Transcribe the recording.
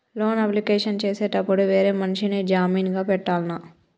Loan application చేసేటప్పుడు వేరే మనిషిని జామీన్ గా పెట్టాల్నా?